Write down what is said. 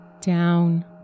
Down